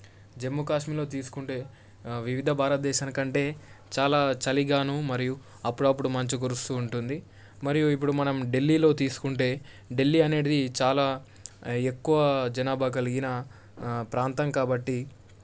జమ్ము కాశ్మీర్లో తీసుకుంటే వివిధ భారతదేశానికంటే చాలా చలిగాను మరియు అప్పుడప్పుడు మంచు కురుస్తూ ఉంటుంది మరియు ఇప్పుడు మనం ఢిల్లీలో తీసుకుంటే ఢిల్లీ అనేది చాలా ఎక్కువ జనాభా కలిగిన ప్రాంతం కాబట్టి